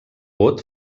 vot